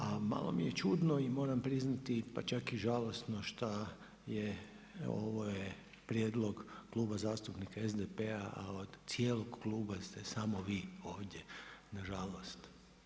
A malo mi je čudno i moram priznati, pa čak i žalosno šta je, ovo je prijedlog Kluba zastupnika SDP-a a od cijelog kluba ste samo vi ovdje, na žalost.